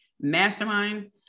mastermind